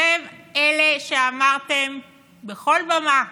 אתם אלה שאמרתם בכל במה,